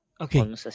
Okay